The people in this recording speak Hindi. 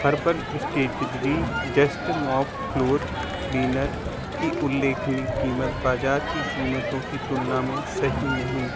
herbal strategy just mop floor cleaner की उल्लेखनीय कीमत बाज़ार की कीमतों की तुलना में सही नहीं